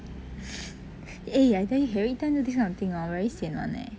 eh I tell you he everytime do this kind of thing very sian [one] leh